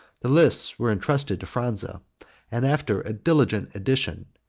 the lists were intrusted to phranza and, after a diligent addition,